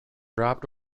dropped